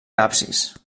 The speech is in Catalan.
absis